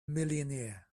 millionaire